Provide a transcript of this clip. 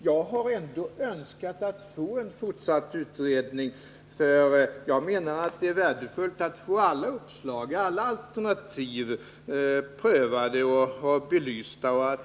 Jag har ändå önskat att få till stånd en fortsatt utredning, eftersom jag menar att det är värdefullt att få alla uppslag och alternativ prövade och belysta.